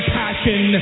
passion